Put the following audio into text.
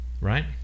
right